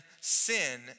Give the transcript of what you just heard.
sin